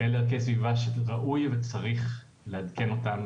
אלה ערכי סביבה שראוי וצריך לעדכן אותם